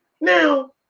Now